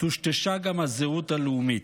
טושטשה גם הזהות הלאומית.